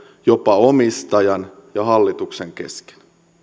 jopa omistajan ja hallituksen kesken